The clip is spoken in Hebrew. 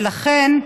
ולכן,